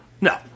No